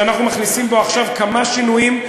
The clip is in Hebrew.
שאנחנו מכניסים בו עכשיו כמה שינויים,